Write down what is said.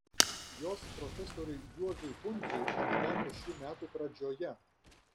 jos profesoriui juozui pundziui atiteko šių metų pradžioje